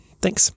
thanks